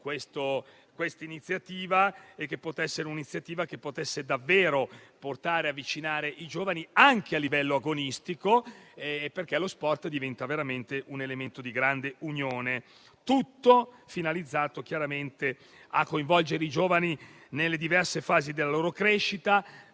questa iniziativa e di far sì che essa potesse davvero avvicinare i giovani anche al livello agonistico, perché lo sport sia veramente un elemento di grande unione. Tutto è finalizzato a coinvolgere i giovani nelle diverse fasi della loro crescita,